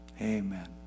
Amen